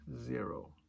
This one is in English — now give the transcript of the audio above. zero